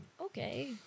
Okay